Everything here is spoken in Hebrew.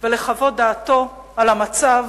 ולחוות דעתו על המצב